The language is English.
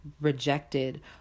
rejected